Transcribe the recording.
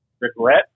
regret